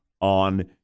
on